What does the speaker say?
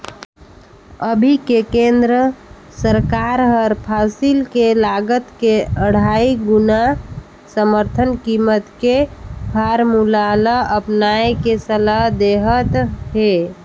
अभी के केन्द्र सरकार हर फसिल के लागत के अढ़ाई गुना समरथन कीमत के फारमुला ल अपनाए के सलाह देहत हे